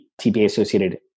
TPA-associated